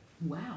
Wow